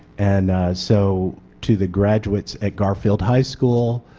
and so to the graduates at garfield high school,